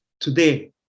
today